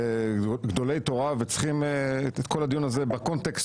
גדולי תורה וצריכים את כל הדיון הזה בקונטקסט